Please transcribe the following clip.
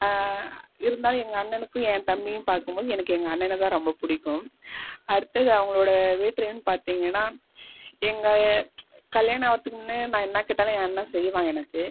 இருந்தாலும் எங்கள் அண்ணனுக்கும் என் தம்பியும் பார்க்கும் போது எனக்கு எங்கள் அண்ணன தான் ரொம்ப பிடிக்கும் அடுத்தது அவங்களோட வேற்று எண் பார்த்திங்கன்னா எங்கள் கல்யாணம் ஆவுறதுக்கு முன்னாடி நான் என்ன கேட்டாலும் என் அண்ணன் செய்வான் எனக்கு